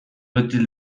beti